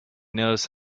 knows